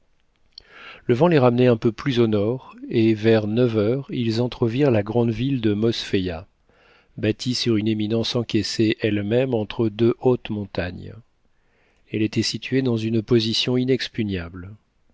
le vent les ramenait un peu plus au nord et vers neuf heures ils entrevirent la grande ville de mosfeia bâtie sur une éminence encaissée elle-même entre deux hautes montagnes elle était située dans une position inexpugnable